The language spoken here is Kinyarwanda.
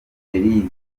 belise